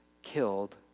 killed